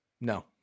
No